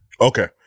okay